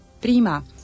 prima